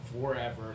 forever